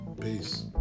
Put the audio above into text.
Peace